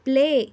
play